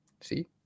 see